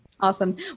Awesome